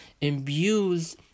imbues